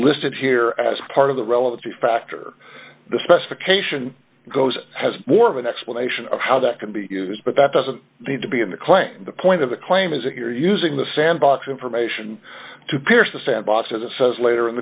listed here as part of the relevancy factor the specification goes has more of an explanation of how that can be used but that doesn't need to be in the claim the point of the claim is that you're using the sandbox information to pierce the sand